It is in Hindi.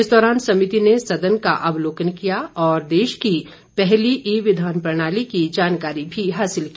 इस दौरान समिति ने सदन का अवलोकन किया और देश की पहली ई विधान प्रणाली की जानकारी भी हासिल की